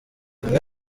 umwe